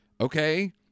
okay